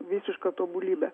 visiška tobulybė